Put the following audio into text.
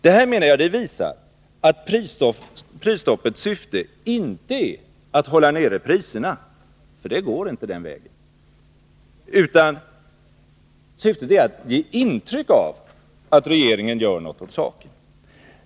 Detta visar att prisstoppets syfte inte är att hålla nere priserna, utan syftet är att ge intryck av att regeringen gör något åt saken.